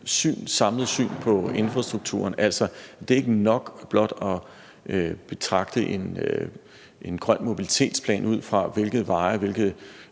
syn på infrastrukturen, altså at det ikke er nok blot at betragte en grøn mobilitetsplan ud fra, hvilke veje og hvilke